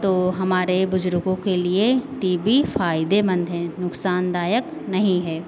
तो हमारे बुजुर्गों के लिए टी बी फ़ायदेमंद है नुकसानदायक नहीं है